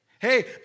Hey